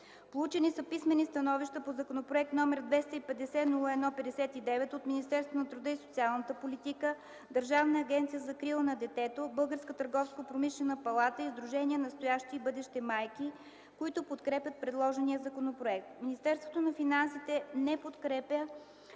Получени са писмени становища по Законопроект № 250 01 59 от Министерство на труда и социалната политика, Държавна агенция за закрила на детето, Българска търговско-промишлена палата и Сдружение „Настоящи и бъдещи майки”, които подкрепят предложения законопроект. Министерство на финансите не подкрепя